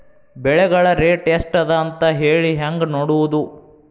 ಬೆಳೆಗಳ ರೇಟ್ ಎಷ್ಟ ಅದ ಅಂತ ಹೇಳಿ ಹೆಂಗ್ ನೋಡುವುದು?